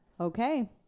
Okay